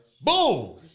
Boom